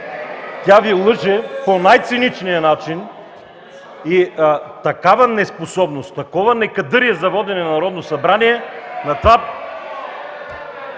Тя Ви лъже по най-циничния начин! Такава неспособност, такова некадърие за водене на Народно събрание!...